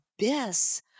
abyss